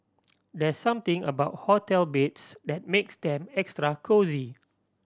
there's something about hotel beds that makes them extra cosy